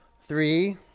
Three